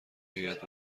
هیات